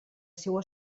seua